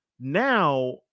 now